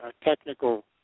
technical